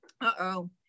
uh-oh